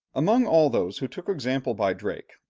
among all those who took example by drake,